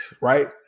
right